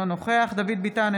אינו נוכח דוד ביטן,